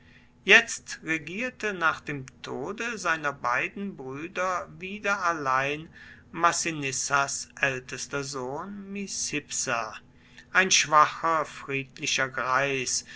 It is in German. jetzt regierte nach dem tode seiner beiden brüder wieder allein massinissas ältester sohn micipsa ein schwacher friedlicher greis